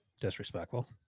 Disrespectful